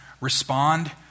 Respond